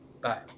Bye